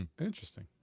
Interesting